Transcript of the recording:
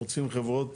או רוצים חברות,